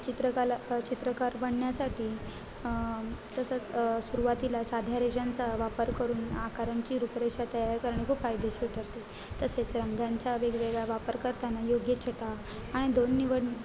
चित्रकला चित्रकार बनण्यासाठी तसंच सुरुवातीला साध्या रेषांचा वापर करून आकारांची रुपरेषा तयार करणे खूप फायदेशीर ठरते तसेच रंगांचा वेगवेगळा वापर करताना योग्य छटा आणि दोन निवड